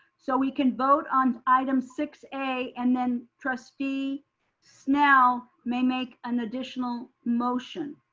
so we can vote on item six a and then trustee snell may make an additional motion.